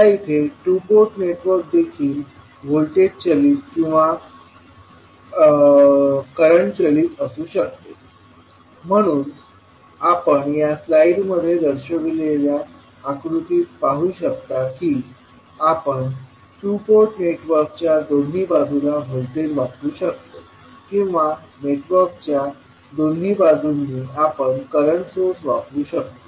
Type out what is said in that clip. या इथे two port network देखील व्होल्टेज चालित किंवा करंट चालित असू शकते म्हणून आपण या स्लाइडमध्ये दर्शविलेल्या आकृतीत पाहू शकता की आपण टू पोर्ट नेटवर्कच्या दोन्ही बाजूला व्होल्टेज वापरु शकतो किंवा नेटवर्कच्या दोन्ही बाजूंनी आपण करंट सोर्स वापरु शकतो